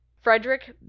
Frederick